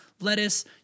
lettuce